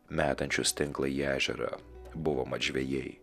metančius tinklą į ežerą buvo mat žvejai